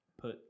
put